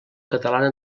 catalana